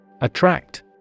Attract